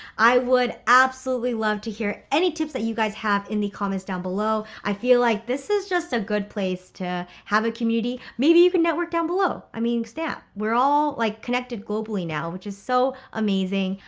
i would absolutely love to hear any tips that you guys have in the comments down below. i feel like this is just a good place to have a community maybe you can network down below i mean staff. we're all like connected globally now, which is so amazing.